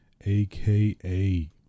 AKA